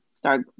start